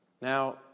Now